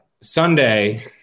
Sunday